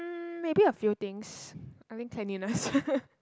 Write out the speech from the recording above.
um maybe a few things I think cleanliness